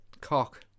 Cock